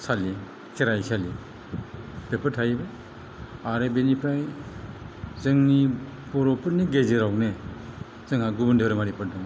सालि खेराइसालि बेफोर थायो आरो बेनिफ्राय जोंनि बर'फोरनि गेजेरावनो जोंहा गुबुन धोरोमारिफोर दं